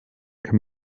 kann